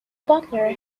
butler